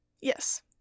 Yes